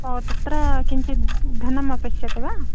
तत्र किञ्चित् धनमपेक्ष्यते वा